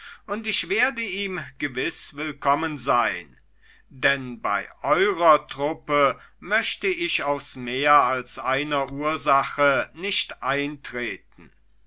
und ich werde ihm gewiß willkommen sein denn bei eurer truppe möchte ich aus mehr als einer ursache nicht eintreten